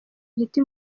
igiti